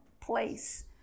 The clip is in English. place